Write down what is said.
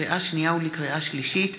לקריאה שנייה ולקריאה שלישית: